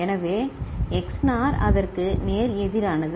எனவே XNOR அதற்கு நேர் எதிரானது